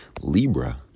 Libra